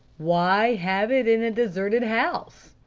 why have it in a deserted house?